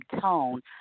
tone